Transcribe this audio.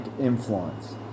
influence